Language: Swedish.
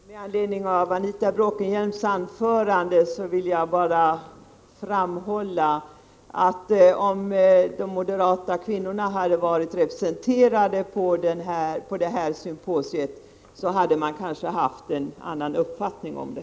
Herr talman! Med anledning av Anita Bråkenhielms anförande vill jag bara framhålla, att om de moderata kvinnorna varit representerade på det nämnda symposiet hade de kanske haft en annan uppfattning om det.